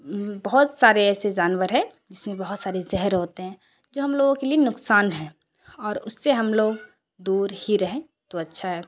بہت سارے ایسے جانور ہے جس میں بہت سارے زہر ہوتے ہیں جو ہم لوگوں کے لیے نقصان ہیں اور اس سے ہم لوگ دور ہی رہیں تو اچھا ہے